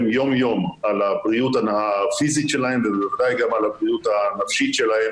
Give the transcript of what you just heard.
יום יום על הבריאות הפיזית שלהם ובוודאי גם על הבריאות הנפשית שלהם.